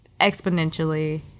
exponentially